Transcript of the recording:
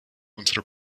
unserer